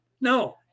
No